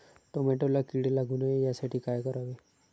टोमॅटोला कीड लागू नये यासाठी काय करावे?